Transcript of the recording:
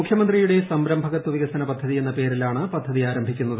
മുഖ്യമന്ത്രിയുടെ സംരംഭകത്വ വികസന പദ്ധതി എന്ന പേരിലാണ് ഈ പദ്ധതി ആർുഭിക്കുന്നത്